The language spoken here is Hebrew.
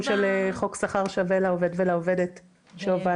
של חוק שכר שווה לעובד ולעובדת שהובלת.